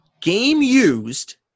game-used